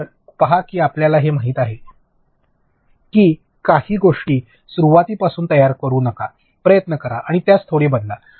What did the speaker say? तर पहा की आपल्याला हे माहित आहे की कदाचित काही गोष्टी सुरवातीपासून तयार करु नका प्रयत्न करा आणि त्यास थोडे बदला